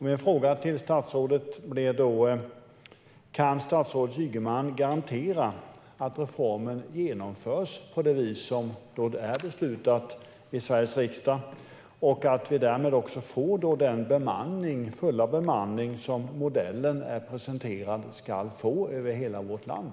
Min fråga till statsrådet blir då: Kan statsrådet Ygeman garantera att reformen genomförs på det vis som Sveriges riksdag har beslutat och att vi därmed får den fulla bemanning i hela vårt land som reformen ska ge enligt den modell som presenterats?